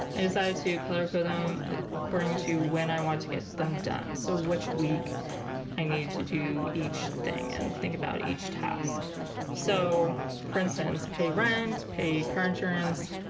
i decided to color for them according to when i want to get them done so which week i need to do each thing and think about each task so for instance pay rent, pay car insurance,